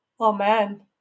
Amen